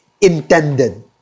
intended